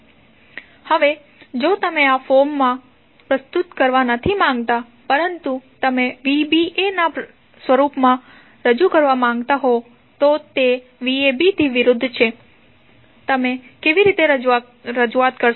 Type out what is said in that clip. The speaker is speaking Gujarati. હવે જો તમે આ ફોર્મ માં પ્રસ્તુત કરવા નથી માંગતા પરંતુ તમે vba ના રૂપમાં રજૂ કરવા માંગતા હો તો તે vabથી વિરુદ્ધ છે તમે કેવી રીતે રજૂઆત કરશો